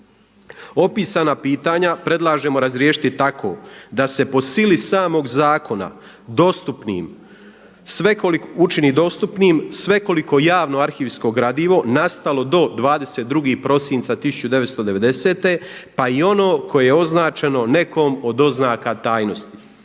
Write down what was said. Opisana pitanja predlažemo razriješiti tako da se po sili samog zakona dostupnim, svekolik učini dostupnim svekoliko javno arhivsko gradivo nastalo do 22. prosinca 1990. pa i ono koje je označeno nekom od oznaka tajnosti.